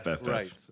Right